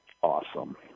Awesome